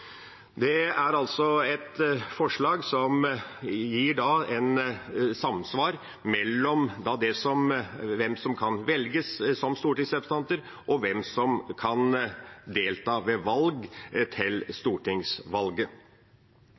Det er altså et forslag som gir et samsvar mellom hvem som kan velges som stortingsrepresentanter, og hvem som kan delta ved stortingsvalg. Et stadig viktigere spørsmål å ha klart for seg blir om man skal legge til